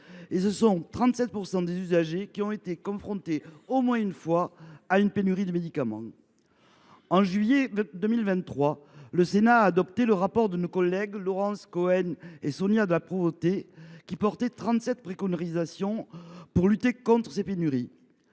Quelque 37 % des patients ont été confrontés à au moins une pénurie de médicament. En juillet 2023, le Sénat a adopté le rapport de nos collègues Laurence Cohen et Sonia de La Provôté, qui faisait 37 préconisations pour lutter contre ces pénuries.